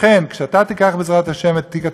לכן, כשאתה תיקח, בעזרת ה', את תיק התקשורת,